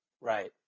Right